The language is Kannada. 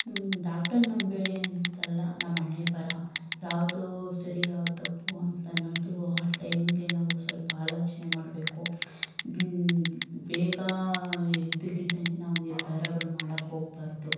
ಡಾಕ್ಟರ್ ನಂಬೇಡಿ ಅಂತಲ್ಲ ನಮ್ಮ ಹಣೆಬರ ಯಾವುದು ಸರಿ ಯಾವುದು ತಪ್ಪು ಅಂತ ಅನ್ನೋದು ಆ ಟೈಮಿಗೆ ನಾವು ಸ್ವಲ್ಪ ಆಲೋಚನೆ ಮಾಡಬೇಕು ಬೇಗ ಇದ್ದಕಿದ್ದಂಗೆ ನಾವು ನಿರ್ಧಾರಗಳು ಮಾಡೋಕ್ಕೆ ಹೋಗ್ಬಾರ್ದು